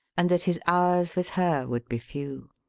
and that his hours with her would be few.